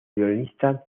violinista